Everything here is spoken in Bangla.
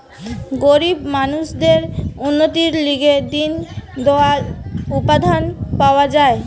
গরিব মানুষদের উন্নতির লিগে দিন দয়াল উপাধ্যায় পাওয়া যায়